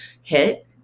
hit